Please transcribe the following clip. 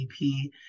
DP